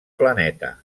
planeta